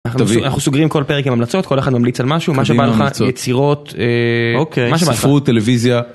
אנחנו סוגרים כל פרק עם המלצות, כל אחד ממליץ על משהו, מה שבא לך, יצירות, ספרות, טלוויזיה.